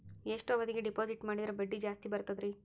ಎಷ್ಟು ಅವಧಿಗೆ ಡಿಪಾಜಿಟ್ ಮಾಡಿದ್ರ ಬಡ್ಡಿ ಜಾಸ್ತಿ ಬರ್ತದ್ರಿ?